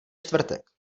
čtvrtek